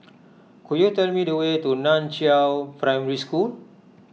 could you tell me the way to Nan Chiau Primary School